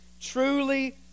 truly